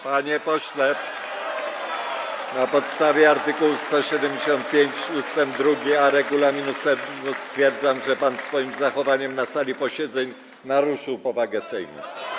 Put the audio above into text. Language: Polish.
Panie pośle, na podstawie art. 175 ust. 2a regulaminu Sejmu stwierdzam, że pan swoim zachowaniem na sali posiedzeń naruszył powagę Sejmu.